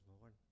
Lord